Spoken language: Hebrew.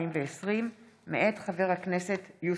פ/2516/23